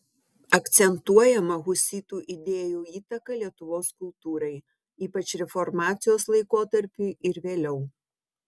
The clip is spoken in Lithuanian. akcentuojama husitų idėjų įtaka lietuvos kultūrai ypač reformacijos laikotarpiui ir vėliau